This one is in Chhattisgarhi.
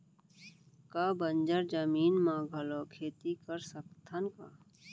का बंजर जमीन म घलो खेती कर सकथन का?